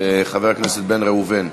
חבר הכנסת בן ראובן,